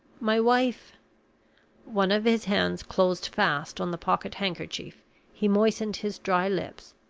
my wife one of his hands closed fast on the pocket-handkerchief he moistened his dry lips,